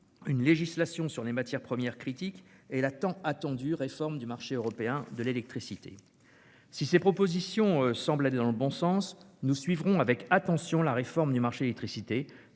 une loi sur les matières premières critiques et la tant attendue réforme du marché européen de l'électricité. Si ces propositions semblent aller dans le bon sens, nous suivrons avec attention la réforme du marché de l'électricité,